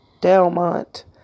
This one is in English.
Delmont